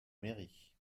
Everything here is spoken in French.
mairie